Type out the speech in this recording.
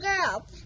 girl